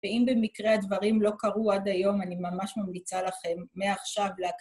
ואם במקרה הדברים לא קרו עד היום, אני ממש ממליצה לכם מעכשיו להכניס...